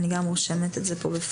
אני גם רושמת את זה פה בפניי.